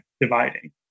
dividing